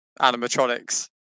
animatronics